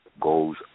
goes